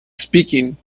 speaking